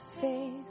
faith